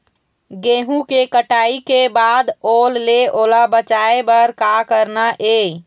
गेहूं के कटाई के बाद ओल ले ओला बचाए बर का करना ये?